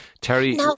Terry